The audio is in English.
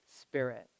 Spirit